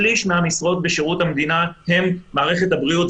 שליש מהמשרות בשירות המדינה הן במערכת הבריאות.